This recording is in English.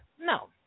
No